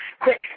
quick